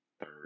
third